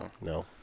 no